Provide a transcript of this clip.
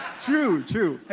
true, true.